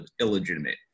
illegitimate